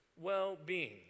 well-being